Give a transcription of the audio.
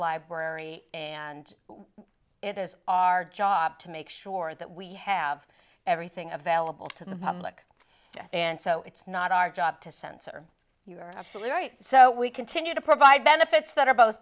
library and it is our job to make sure that we have everything available to the public and so it's not our job to censor you are absolutely right so we continue to provide benefits that are both